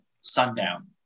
sundown